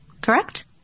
Correct